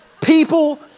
People